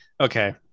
okay